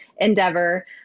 endeavor